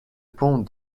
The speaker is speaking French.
pont